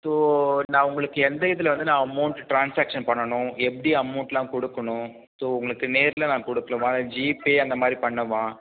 so நான் உங்களுக்கு எந்த இதில் வந்து நான் அமௌண்ட் ட்ரன்சேக்ஷன் பண்ணணும் எப்படி அமௌண்ட்டெலாம் கொடுக்கணும் ஸோ உங்களுக்கு நேரில் நான் கொடுக்கவா இல்லை ஜிபே அந்தமாதிரி பண்ணவா